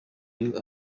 uyu